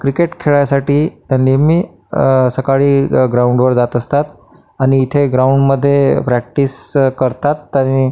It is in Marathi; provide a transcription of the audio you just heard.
क्रिकेट खेळायसाठी नेहमी सकाळी ग्राउंडवर जात असतात आणि इथे ग्राउंडमध्ये प्रॅक्टिस करतात आणि